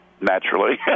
Naturally